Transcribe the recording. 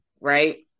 right